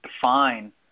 define